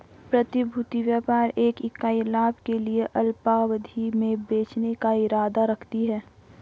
प्रतिभूति व्यापार एक इकाई लाभ के लिए अल्पावधि में बेचने का इरादा रखती है